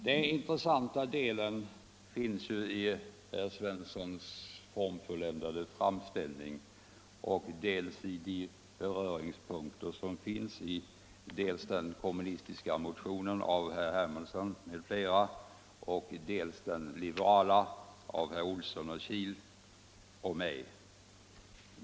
Den intressanta delen har sin grund i herr Svenssons formfulländade framställning och de beröringspunkter som finns mellan den kommunistiska motionen av herr Hermansson m.fl. och den liberala av herr Olsson i Kil och mig.